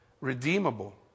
Redeemable